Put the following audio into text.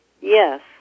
Yes